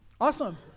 Awesome